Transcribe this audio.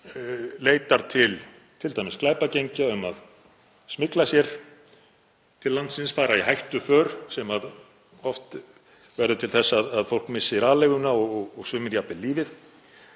leitar til t.d. glæpagengja um að smygla sér til landsins, fara í hættuför sem oft verður til þess að fólk missir aleiguna og sumir jafnvel lífið.